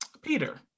Peter